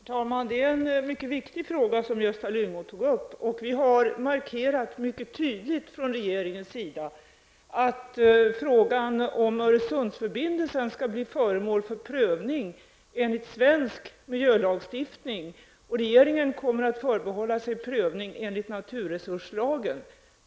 Herr talman! Gösta Lyngå tog upp en mycket viktig fråga. Vi har från regeringens sida mycket tydligt markerat att frågan om Öresundsförbindelsen skall bli föremål för prövning enligt svensk miljölagstiftning. Regeringen kommer att förbehålla sig rätten till prövning enligt naturresurslagen.